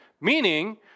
Meaning